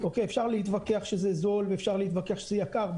אפשר להתווכח שזה זול ואפשר להתווכח שזה יקר,